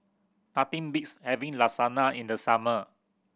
nothing beats having Lasagna in the summer